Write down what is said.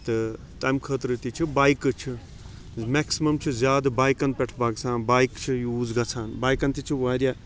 تہٕ تمہِ خٲطرٕ تہِ چھ بایکہٕ چھ میکسمَم چھ زیادٕ بایکَن پٮ۪ٹھ کھسان بایک چھِ یوٗز گَژھان بایکَن تہِ چھِ واریاہ